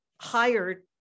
hired